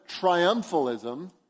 triumphalism